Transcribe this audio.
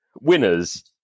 winners